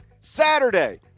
Saturday